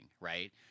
right